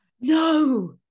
No